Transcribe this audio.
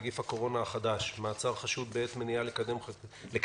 נגיף הקורונה החדש) (מעצר חשוד בעת מניעה לקדם חקירה),